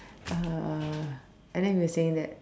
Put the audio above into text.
uh and then he was saying that